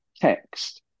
text